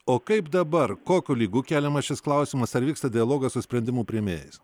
o kaip dabar kokiu lygiu keliamas šis klausimas ar vyksta dialogas su sprendimų priėmėjais